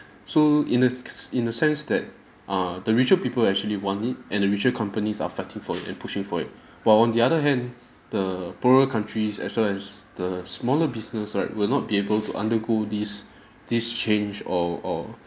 so in a s~ k~ s~ in a sense that err the richer people actually want it and the richer companies are fighting for it and pushing for it but on the other hand the poorer countries as well as the smaller business right will not be able to undergo this this change or or